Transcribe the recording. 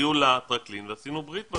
הגיעו לטרקלין ועשינו ברית.